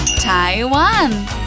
Taiwan